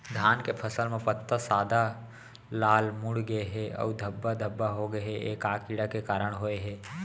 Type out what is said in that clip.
धान के फसल म पत्ता सादा, लाल, मुड़ गे हे अऊ धब्बा धब्बा होगे हे, ए का कीड़ा के कारण होय हे?